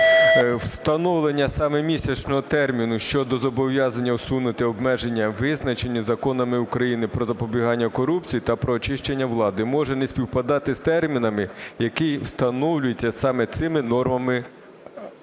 Встановлення саме місячного терміну щодо зобов'язання усунути обмеження, визначені законами України "Про запобігання корупції" та "Про очищення влади", може не співпадати з термінами, які встановлюються саме цими нормативними